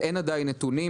אין עדיין נתונים,